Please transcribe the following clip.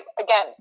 Again